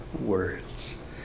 words